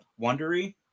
Wondery